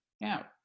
Now